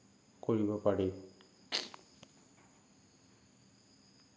কৰিব পাৰি